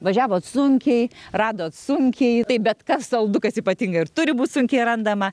važiavot sunkiai radot sunkiai tai bet kas saldu kas ypatinga ir turi būt sunkiai randama